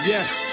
Yes